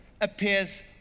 appears